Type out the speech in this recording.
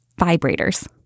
vibrators